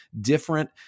different